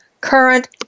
current